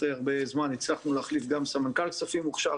אחרי הרבה זמן הצלחנו להעביר גם סמנכ"ל כספים מוכשר,